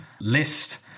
list